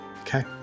Okay